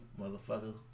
motherfucker